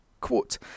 quote